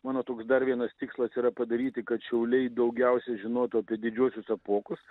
mano toks dar vienas tikslas yra padaryti kad šiauliai daugiausiai žinotų apie didžiuosius apuokus